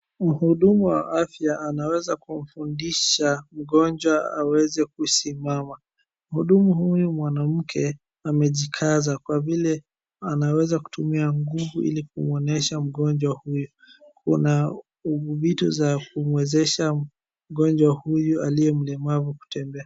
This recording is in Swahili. Mhudumu wa afya anaweza kumfundisha mgonjwa aweze kusimama, mhudumu huyu mwanamke amejikaza kwa vile anaweza kutumia nguvu ili kumwonesha mgonjwa huyu, kuna vitu za kumwezesha mgonjwa huyu aliye mlemavu kutembea.